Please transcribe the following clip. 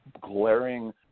glaring